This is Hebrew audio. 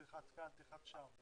'תלחץ כאן', 'תלחץ שם'.